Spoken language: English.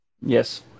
Yes